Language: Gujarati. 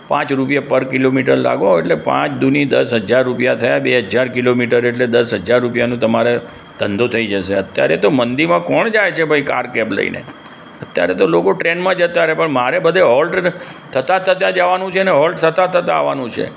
પાંચ રૂપયે પર કિલોમીટર રાખો એટલે પાંચ દુની દસ હજાર રૂપિયા થયા બે હજાર કિલોમીટર એટલે દસ હજાર રૂપિયાનું તમારે ધંધો થઈ જશે અત્યારે તો મંદીમાં તો કોણ જાય છે કાર કેબ લઈને અત્યારે તો લોકો ટ્રેનમાં જતાં રહે પણ મારે બધે હોલ્ટ થતાં થતાં જવાનું છે ને હોલ્ટ થતાં થતાં આવવાનું છે